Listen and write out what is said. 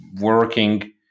working